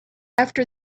after